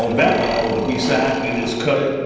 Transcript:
that one that was the b-side. we just cut it,